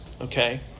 okay